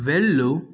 వెళ్ళు